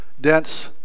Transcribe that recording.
dense